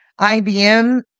IBM